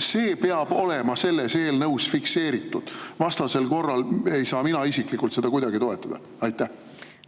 See peab olema selles eelnõus fikseeritud, vastasel korral ei saa mina isiklikult seda kuidagi toetada.